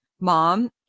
Mom